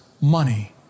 money